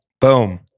Boom